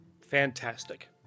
Fantastic